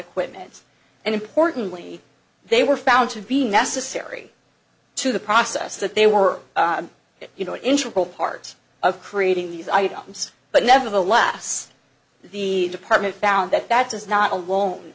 equipment and importantly they were found to be necessary to the process that they were you know interpol part of creating these items but nevertheless the department found that that is not alo